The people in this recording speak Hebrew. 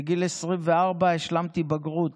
בגיל 24 השלמתי בגרות,